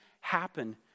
happen